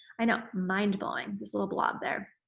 i know, mind-blowing, this little blob there,